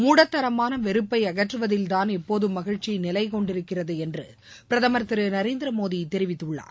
மூடத்தனமான வெறுப்பை அகற்றுவதில்தான் எப்போதும் மகிழ்ச்சி நிலைகொண்டிருக்கிறது என்று பிரதமர் திரு நரேந்திரமோட தெரிவித்துள்ளார்